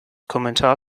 kommentar